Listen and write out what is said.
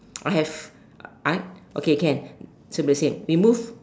I have I okay can same the same we move